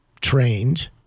trained